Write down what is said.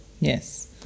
Yes